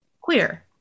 queer